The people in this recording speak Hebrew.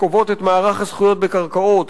שקובעות את מערך הזכויות בקרקעות,